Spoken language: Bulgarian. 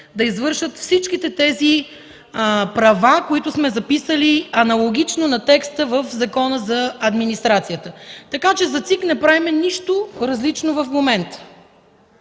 да извършват всичките тези права, които сме записали аналогично на текста в Закона за администрацията, така че за ЦИК не правим нищо различно в момента.